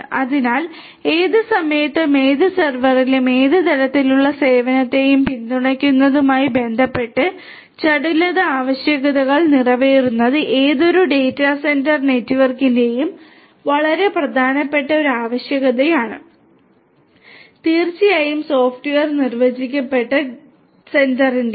അതിനാൽ ഏത് സമയത്തും ഏത് സെർവറിലും ഏത് തരത്തിലുള്ള സേവനത്തെയും പിന്തുണയ്ക്കുന്നതുമായി ബന്ധപ്പെട്ട് ചടുലത ആവശ്യകതകൾ നിറവേറ്റുന്നത് ഏതൊരു ഡാറ്റാ സെന്റർ നെറ്റ്വർക്കിന്റെയും വളരെ പ്രധാനപ്പെട്ട ഒരു ആവശ്യകതയാണ് തീർച്ചയായും സോഫ്റ്റ്വെയർ നിർവചിക്കപ്പെട്ട ഡാറ്റാ സെന്ററിനും